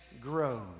grows